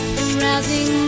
Rousing